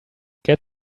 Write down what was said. get